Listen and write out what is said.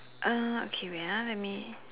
uh okay wait ah let me